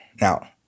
Now